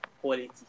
quality